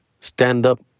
Stand-up